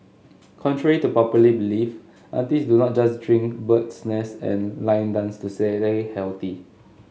contrary to popular belief aunties do not just chink bird's nest and line dance to healthy